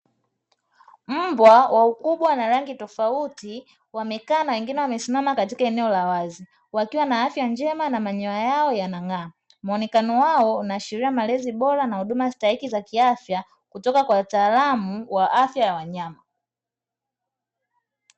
Mbwa wa wa ukubwa na rangi tofauti, wamekaa na wengine wamesimama katika eneo la wazi, wakiwa na afya njema na manyoya yao yanang'aa. Muonekano wao unaashiria malezi bora na huduma stahiki za kiafya, kutoka kwa wataalamu wa afya ya wanyama.